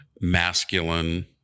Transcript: masculine